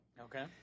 Okay